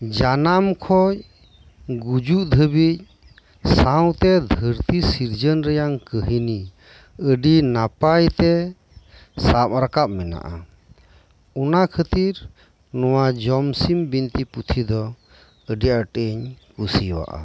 ᱡᱟᱱᱟᱢ ᱠᱷᱚᱱ ᱜᱩᱡᱩᱜ ᱦᱟᱹᱵᱤᱡ ᱥᱟᱶᱛᱮ ᱫᱷᱟᱹᱨᱛᱤ ᱥᱤᱨᱡᱚᱱ ᱨᱮᱭᱟᱝ ᱠᱟᱹᱦᱱᱤ ᱟᱹᱰᱤ ᱱᱟᱯᱟᱭ ᱛᱮ ᱥᱟᱵ ᱨᱟᱠᱟᱵ ᱢᱮᱱᱟᱜᱼᱟ ᱚᱱᱟ ᱠᱷᱟᱹᱛᱤᱨ ᱱᱚᱶᱟ ᱡᱚᱢ ᱥᱤᱢ ᱵᱤᱱᱛᱤ ᱯᱩᱛᱷᱤ ᱫᱚ ᱟᱹᱰᱤ ᱟᱸᱴ ᱤᱧ ᱠᱩᱥᱤᱭᱟᱜᱼᱟ